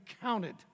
counted